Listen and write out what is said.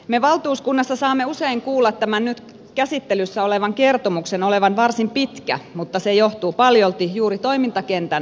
me valtuuskunnassa saamme usein kuulla tämän nyt käsittelyssä olevan kertomuksen olevan varsin pitkä mutta se johtuu paljolti juuri toimintakentän laajuudesta